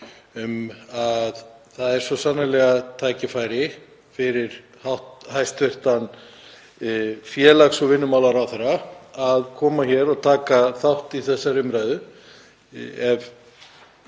um að það er svo sannarlega tækifæri fyrir hæstv. félags- og vinnumarkaðsráðherra að koma hér og taka þátt í þessari umræðu. Ef